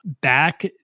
back